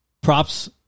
props